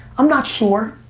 i'm not sure,